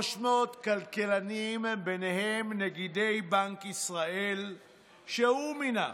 300 כלכלנים, ובהם נגידי בנק ישראל שהוא מינה,